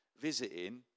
visiting